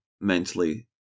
mentally